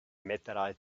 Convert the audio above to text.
meteorite